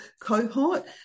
cohort